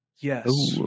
yes